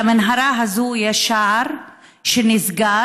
למנהרה הזו יש שער שנסגר,